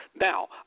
Now